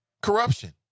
corruption